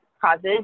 causes